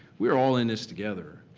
we're all in this together.